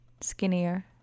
Skinnier